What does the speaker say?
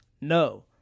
No